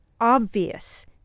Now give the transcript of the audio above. obvious